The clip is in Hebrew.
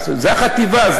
החטיבה.